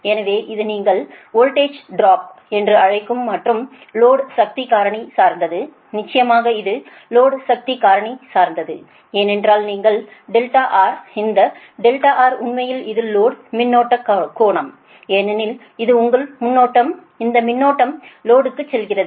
எனவே இது நீங்கள் வோல்டேஜ் டிராப் என்று அழைக்கும் மற்றும் லோடு சக்தி காரணி சார்ந்தது நிச்சயமாக இது லோடு சக்தி காரணி சார்ந்தது ஏனென்றால் நீங்கள் R இந்த Rஉண்மையில் இது லோடு மின்னோட்டக் கோணம் ஏனெனில் இது உங்களுடைய மின்னோட்டம் இந்த மின்னோட்டம் லோடுக்குச் செல்கிறது